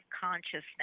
Consciousness